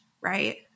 right